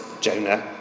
Jonah